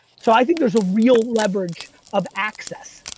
so i think there's a real leverage of access.